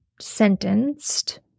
sentenced